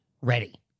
ready